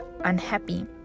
unhappy